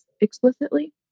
explicitly